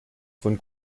von